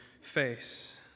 face